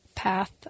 path